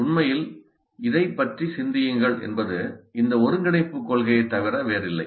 உண்மையில் இதைப் பற்றி சிந்தியுங்கள் என்பது இந்த ஒருங்கிணைப்புக் கொள்கையைத் தவிர வேறில்லை